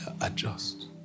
adjust